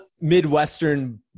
Midwestern